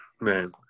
Man